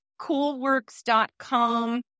coolworks.com